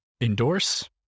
endorse